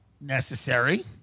necessary